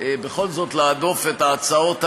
בכל זאת להדוף את ההצעות האלה,